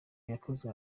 yakozwe